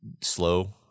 Slow